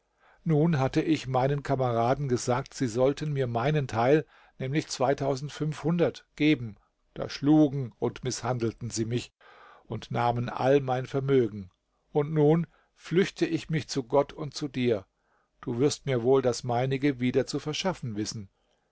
nun hatte ich meinen kameraden gesagt sie sollten mir meinen teil nämlich geben da schlugen und mißhandelten sie mich und nahmen all mein vermögen und nun flüchte ich mich zu gott und zu dir du wirst mir wohl das meinige wieder zu verschaffen wissen